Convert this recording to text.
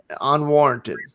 unwarranted